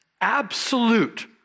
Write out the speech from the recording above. absolute